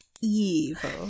Evil